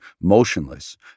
motionless